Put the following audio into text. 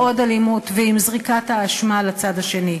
בעוד אלימות ועם זריקת האשמה לצד השני.